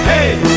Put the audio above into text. Hey